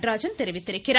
நடராஜன் தெரிவித்துள்ளார்